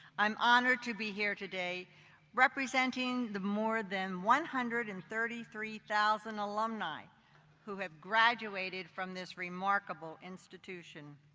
i'm honored to be here today representing the more than one hundred and thirty three thousand alumni who have graduated from this remarkable institution.